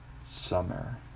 summer